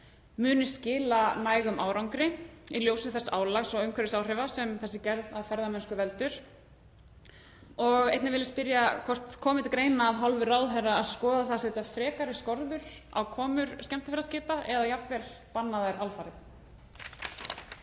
muni skila nægum árangri í ljósi þess álags og umhverfisáhrifa sem þessi gerð af ferðamennsku veldur? Einnig vil ég spyrja hvort það komi til greina af hálfu ráðherra að skoða það að setja frekari skorður á komur skemmtiferðaskipa eða jafnvel banna þær alfarið.